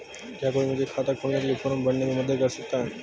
क्या कोई मुझे खाता खोलने के लिए फॉर्म भरने में मदद कर सकता है?